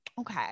okay